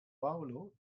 paulo